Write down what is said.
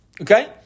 Okay